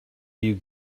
you